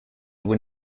when